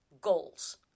goals